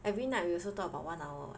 every night we also talk about one hour [what]